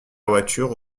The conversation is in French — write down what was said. voiture